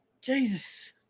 Jesus